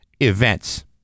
events